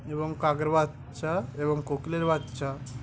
এবং কাকের বাচ্চা এবং কোকিলের বাচ্চা